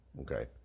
okay